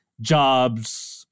jobs